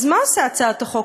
אז מה עושה הצעת החוק?